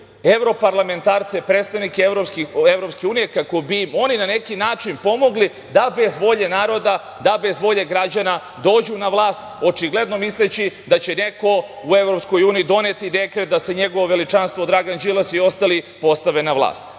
evroparlamentarce, predstavnike Evropske unije kako bi im oni na neki način pomogli da bez volje naroda, da bez volje građana dođu na vlast, očigledno misleći da će neko u Evropskoj uniji doneti dekret da se njegovo veličanstvo, Dragan Đilas i ostali postave na vlast.